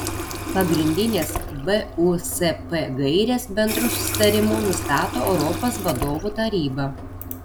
pagrindines busp gaires bendru sutarimu nustato europos vadovų taryba